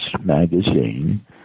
magazine